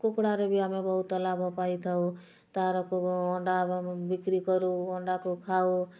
କୁକୁଡ଼ାରେ ବି ଆମେ ବହୁତ ଲାଭ ପାଇଥାଉ ତାର ଅଣ୍ଡା ବିକ୍ରି କରୁ ଅଣ୍ଡାକୁ ଖାଉ